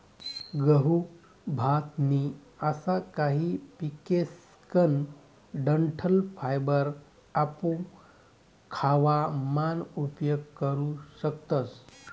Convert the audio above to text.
गहू, भात नी असा काही पिकेसकन डंठल फायबर आपू खावा मान उपयोग करू शकतस